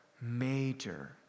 major